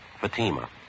Fatima